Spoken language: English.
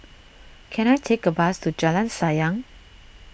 can I take a bus to Jalan Sayang